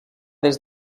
des